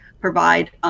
provide